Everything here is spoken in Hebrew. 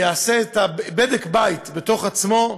יעשה את בדק הבית בתוך עצמו,